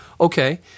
Okay